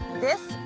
this.